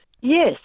Yes